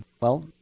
well,